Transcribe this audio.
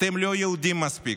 אתם לא יהודים מספיק.